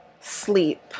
sleep